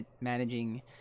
managing